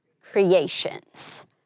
creations